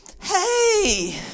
Hey